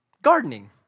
Gardening